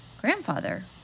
Grandfather